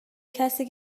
کسی